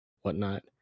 whatnot